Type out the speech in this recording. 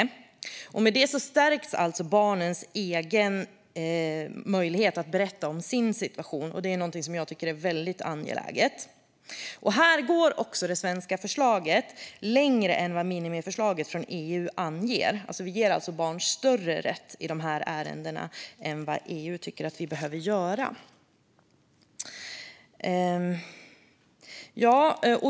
I och med detta stärks barns egen möjlighet att berätta om sin situation - något jag tycker är väldigt angeläget. Här går också det svenska förslaget längre än vad minimiförslaget från EU anger. Vi ger alltså barn större rätt i de här ärendena än vad EU tycker att vi behöver göra.